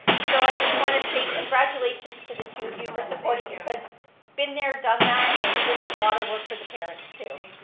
so, i just want to say congratulations to the two of you for supporting, yeah because been there, done that and it is a lot of work for the parents too.